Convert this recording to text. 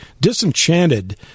disenchanted